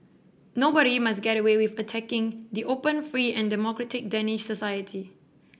nobody must get away with attacking the open free and democratic Danish society